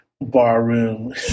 barroom